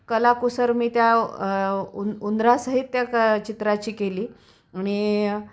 कलाकुसर मी त्या उन उंदरासहित त्या क चित्राची केली आणि